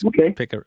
okay